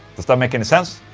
does that make any sense?